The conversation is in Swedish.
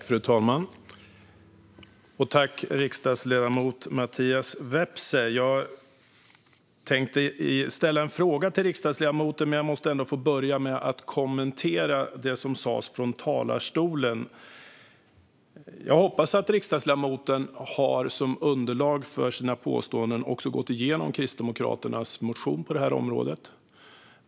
Fru talman! Jag tänkte ställa en fråga till riksdagsledamot Mattias Vepsä, men först måste jag få börja med att kommentera det som sas från talarstolen. Jag hoppas att riksdagsledamoten som underlag till sina påståenden har gått igenom Kristdemokraternas motion på området.